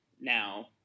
now